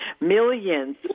Millions